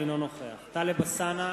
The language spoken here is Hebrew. אינו נוכח טלב אלסאנע,